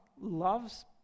loves